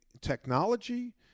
technology